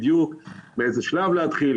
באיזה שלב להתחיל,